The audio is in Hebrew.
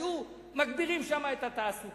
היו מגבירים שם את התעסוקה,